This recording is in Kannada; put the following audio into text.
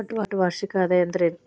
ಒಟ್ಟ ವಾರ್ಷಿಕ ಆದಾಯ ಅಂದ್ರೆನ?